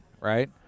right